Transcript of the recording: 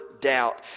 doubt